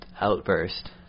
outburst